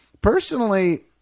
Personally